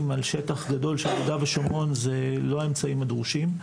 על השטח הגדול של יהודה ושומרון זה לא האמצעים הדרושים.